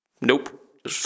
nope